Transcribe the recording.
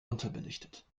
unterbelichtet